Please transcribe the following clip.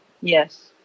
Yes